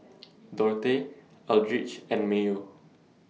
Dorthey Eldridge and Mayo